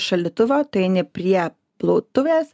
šaldytuvo tai ne prie plautuvės